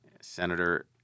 Senator